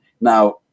Now